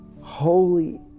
holy